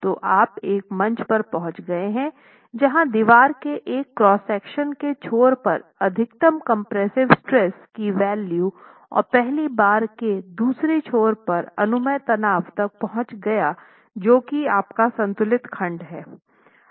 तो आप एक मंच पर पहुंच गए हैं जहां दीवार के एक क्रॉस सेक्शन के छोर पर अधिकतम कंप्रेसिव स्ट्रेस की वेल्यू और पहली बार के दूसरे छोर पर अनुमेय तनाव तक पहुँच गया जो कि आपका संतुलित खंड है